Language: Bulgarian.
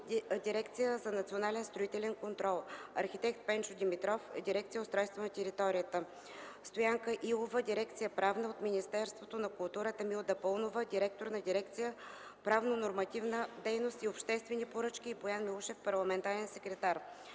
Дирекция за национален строителен контрол, арх. Пенчо Димитров, Дирекция „Устройство на територията”, Стоянка Илова, дирекция „Правна”; от Министерството на културата – Милда Паунова, директор на дирекция „Правно-нормативна дейност и обществени поръчки” и Боян Милушев, парламентарен секретар.